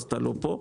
אז אתה לא פה.